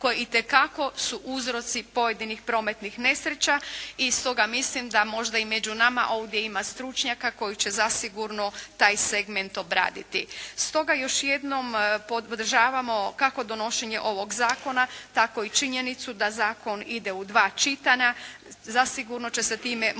koje itekako su uzroci pojedinih prometnih nesreća. I stoga mislim da možda i među nama ovdje ima stručnjaka koji će zasigurno taj segment obraditi. Stoga još jednom podržavamo kako donošenje ovog zakona tako i činjenicu da zakon ide u dva čitanja. Zasigurno će se time moći